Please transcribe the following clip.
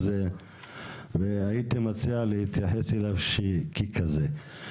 הייתי מציע להתייחס אליו ככזה.